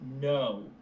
No